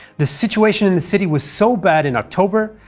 the situation in the city was so bad in october,